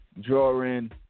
drawing